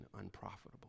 unprofitable